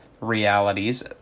realities